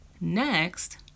next